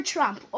Trump